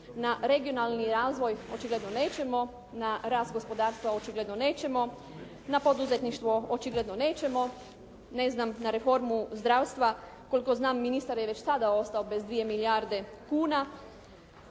Na regionalni razvoj očigledno nećemo, na rast gospodarstva očigledno nećemo, na poduzetništvo očigledno nećemo. Ne znam na reformu zdravstva koliko znam ministar je već tada ostao bez 2 milijarde kuna,